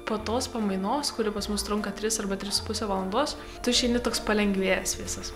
po tos pamainos kuri pas mus trunka tris arba tris puse valandos tu išeini toks palengvėjęs visas